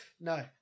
No